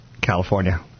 California